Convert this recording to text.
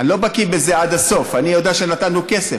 אני לא בקי בזה עד הסוף, אני יודע שנתנו כסף.